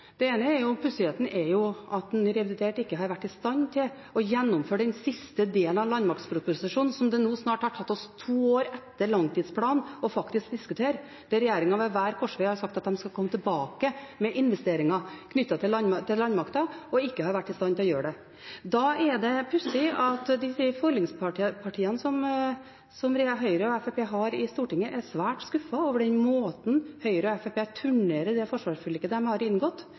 det gjelder regjeringens forsvarspolitikk, er det noen ting som er litt pussig. Den ene pussigheten er at en i revidert ikke har vært i stand til å gjennomføre den siste delen av landmaktproposisjonen, som det snart har tatt oss to år etter langtidsplanen å diskutere, der regjeringen ved hver korsvei har sagt at den skal komme tilbake med investeringer knyttet til landmakta, og ikke har vært i stand til å gjøre det. Da er det pussig at de forlikspartiene som Høyre og Fremskrittspartiet har i Stortinget, er svært skuffet over den måten Høyre og Fremskrittspartiet turnerer det forsvarsforliket som de har inngått,